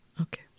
Okay